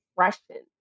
expression